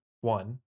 one